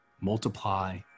multiply